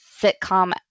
sitcom